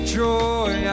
joy